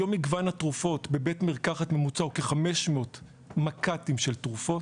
היום מגוון התרופות בבית מרקחת הוא כ-500 מק"טים של תרופות.